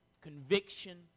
conviction